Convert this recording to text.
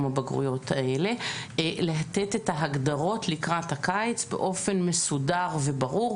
הבגרויות האלה לתת את ההגדרות לקראת הקיץ באופן מסודר וברור,